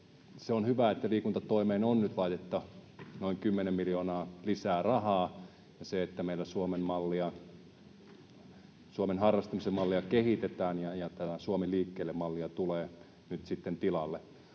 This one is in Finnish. se on hyvä, että liikuntatoimeen on nyt laitettu noin 10 miljoonaa lisää rahaa, ja se, että meillä Suomen harrastamisen mallia kehitetään ja tämä Suomi liikkeelle ‑malli tulee nyt sitten tilalle.